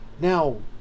now